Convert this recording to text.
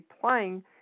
playing